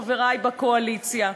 חברי בקואליציה,